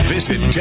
Visit